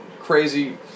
crazy